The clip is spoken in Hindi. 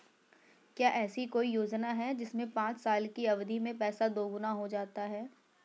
क्या ऐसी कोई योजना है जिसमें पाँच साल की अवधि में पैसा दोगुना हो जाता है?